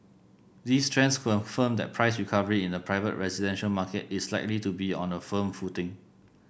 these trends confirm that price recovery in the private residential market is likely to be on a firm footing